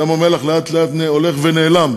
ים-המלח לאט-לאט הולך ונעלם.